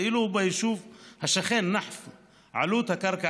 ואילו ביישוב השכן נחף עלות הקרקע